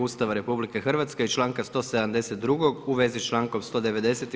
Ustava RH i članka 172. u vezi s člankom 190.